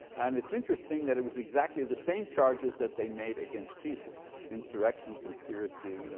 and it's interesting that it was exactly the same charges that they made against jesus. insurrection, conspiracy. you know